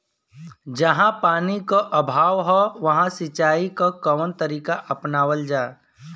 जहाँ पानी क अभाव ह वहां सिंचाई क कवन तरीका अपनावल जा?